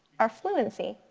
our fluency,